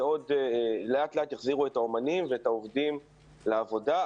שלאט לאט יחזירו את האומנים ואת העובדים לעבודה,